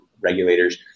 regulators